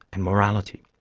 and morality.